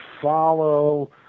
follow